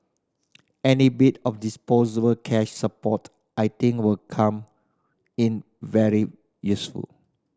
any bit of disposable cash support I think will come in very useful